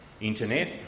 internet